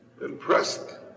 Impressed